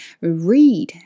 read